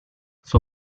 suo